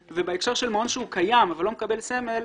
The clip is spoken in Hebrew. בהקשר של מעון שהוא קיים אבל לא מקבל סמל,